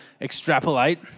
extrapolate